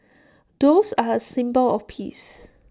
doves are A symbol of peace